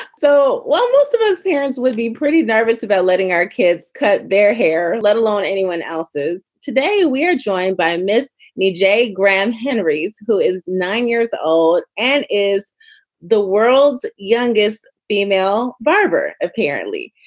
so while most of his parents would be pretty nervous about letting our kids cut their hair, let alone anyone else's. today we are joined by miss j. graham henries, who is nine years old and is the world's youngest female barber, apparently,